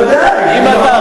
בוודאי.